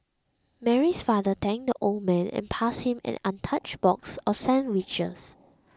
Mary's father thanked the old man and passed him an untouched box of sandwiches